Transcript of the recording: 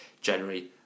January